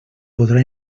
podrà